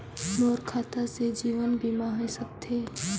मोर खाता से जीवन बीमा होए सकथे?